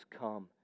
come